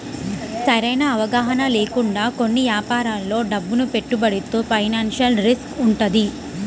సరైన అవగాహన లేకుండా కొన్ని యాపారాల్లో డబ్బును పెట్టుబడితో ఫైనాన్షియల్ రిస్క్ వుంటది